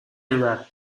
ayudar